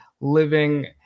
living